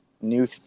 new